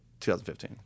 2015